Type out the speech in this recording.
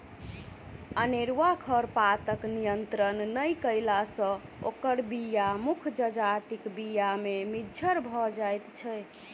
अनेरूआ खरपातक नियंत्रण नै कयला सॅ ओकर बीया मुख्य जजातिक बीया मे मिज्झर भ जाइत छै